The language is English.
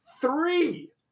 Three